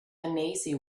uneasy